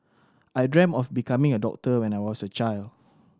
I dreamt of becoming a doctor when I was a child